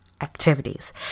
activities